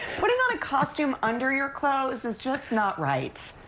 putting on a costume under your clothes is just not right.